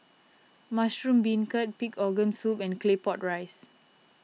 Mushroom Beancurd Pig Organ Soup and Claypot Rice